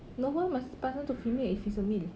no why must pass down to female if he's a male